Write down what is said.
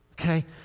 Okay